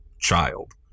child